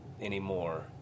anymore